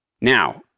Now